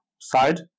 side